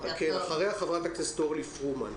אחריה חברת הכנסת אורלי פרומן.